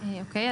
אוקיי,